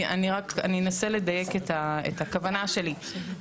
אני אנסה לדייק את הכוונה שלי.